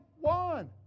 one